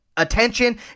attention